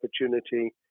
opportunity